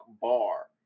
bar